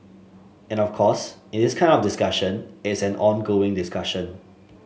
and of course in this kind of discussion it's an ongoing discussion